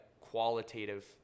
qualitative